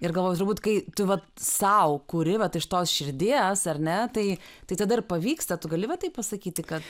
ir galvoju turbūt kai tu vat sau kuri vat iš tos širdies ar ne tai tai tada ir pavyksta tu gali va taip pasakyti kad